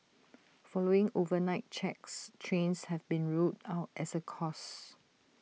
following overnight checks trains have been ruled out as A cause